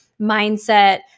mindset